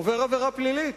עובר עבירה פלילית,